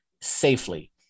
safely